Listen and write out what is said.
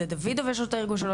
לדוגמה כמו הארגון של יהודה דוד,